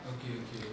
okay okay